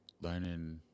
learning